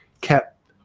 kept